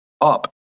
up